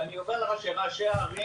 ואני אומר לך שראשי הערים,